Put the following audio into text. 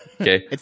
Okay